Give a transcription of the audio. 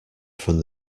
from